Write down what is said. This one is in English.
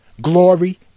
glory